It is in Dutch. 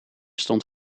stond